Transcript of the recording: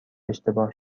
اشتباه